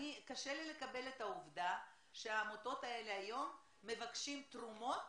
קשה לי לקבל את העובדה שהעמותות האלה היום מבקשות תרומות